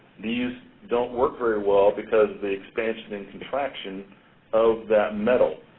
these don't work very well because the expansion and contraction of that metal.